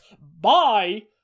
Bye